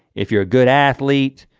if you're a good athlete,